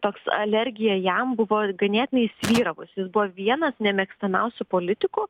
toks alergija jam buvo ganėtinai įsivyravus jis buvo vienas nemėgstamiausių politikų